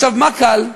עכשיו, מה קל?